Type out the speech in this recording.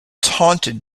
taunted